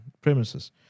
premises